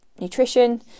nutrition